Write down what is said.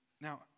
Now